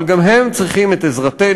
אבל גם הם צריכים את עזרתנו,